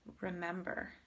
remember